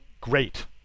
great